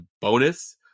bonus